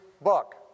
book